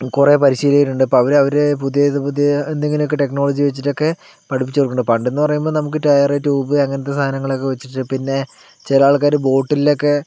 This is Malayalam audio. കുറേ പരിശീലകരുണ്ട് അപ്പോൾ അവർ അവർ പുതിയ പുതിയ എന്തെങ്കിലും ടെക്നോളജി വെച്ചിട്ട് ഒക്കെ പഠിപ്പിച്ച് കൊടുക്കും പണ്ട് എന്ന് പറയുമ്പോൾ നമുക്ക് ടയർ ട്യൂബ് അങ്ങനത്തെ സാധനങ്ങൾ ഒക്കെ വെച്ചിട്ട് പിന്നെ ചില ആൾക്കാർ ബോട്ടിൽ ഒക്കെ